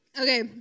Okay